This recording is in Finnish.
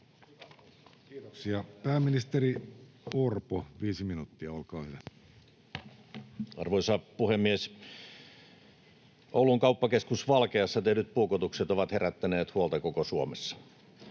Kiitoksia. — Pääministeri Orpo, viisi minuuttia, olkaa hyvä. Arvoisa puhemies! Oulun Kauppakeskus Valkeassa tehdyt puukotukset ovat herättäneet huolta koko Suomessa.